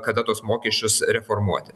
kada tuos mokesčius reformuoti